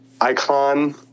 icon